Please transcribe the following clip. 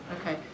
Okay